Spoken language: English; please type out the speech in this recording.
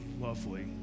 lovely